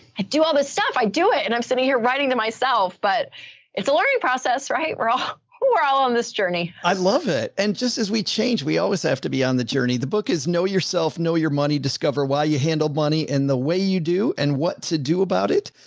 i do all this stuff. i do it. and i'm sitting here writing to myself, but it's a learning process, right? we're all, we're all on this journey. i love it. and just as we change, we always have to be on the journey. the book is know yourself, know your money discover why you handle money in the way you do and what to do about it.